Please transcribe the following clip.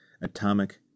atomic